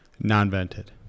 non-vented